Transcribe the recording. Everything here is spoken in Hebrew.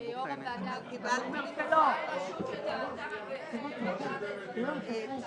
אני מציעה שיו"ר הוועדה --- חובה על רשות שתעשה לתקן את העוול.